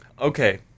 Okay